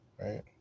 Right